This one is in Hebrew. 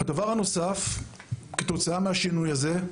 דבר נוסף כתוצאה מן השינוי הזה,